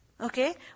Okay